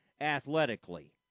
athletically